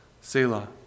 Selah